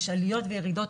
יש עליות וירידות,